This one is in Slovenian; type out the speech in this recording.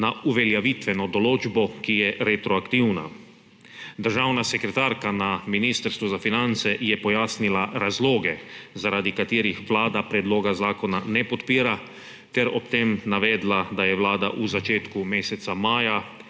na uveljavitveno določbo, ki je retroaktivna. Državna sekretarka Ministrstva za finance je pojasnila razloge, zaradi katerih Vlada predloga zakona ne podpira, ter ob tem navedla, da je Vlada v začetku meseca maja